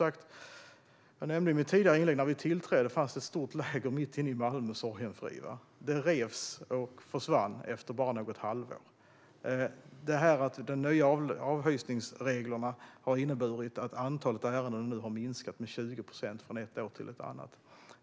Jag nämnde i mitt tidigare inlägg att det när vi tillträdde fanns ett stort läger mitt inne i Malmö, i Sorgenfri. Det revs och försvann efter bara något halvår. De nya avhysningsreglerna har också inneburit att antalet ärenden har minskat med 20 procent från ett år till ett annat.